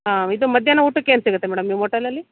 ಹಾಂ ಇದು ಮಧ್ಯಾಹ್ನ ಊಟಕ್ಕೆ ಏನು ಸಿಗುತ್ತೆ ಮೇಡಮ್ ನಿಮ್ಮ ಓಟೆಲಲ್ಲಿ